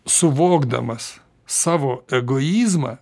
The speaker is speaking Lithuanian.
suvokdamas savo egoizmą